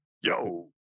Yo